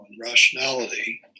rationality